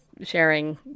sharing